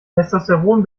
testosteron